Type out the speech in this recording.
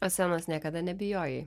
o scenos niekada nebijojai